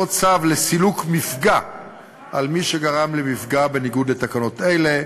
צו לסילוק מפגע על מי שגרם למפגע בניגוד לתקנות אלו,